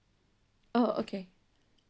oh okay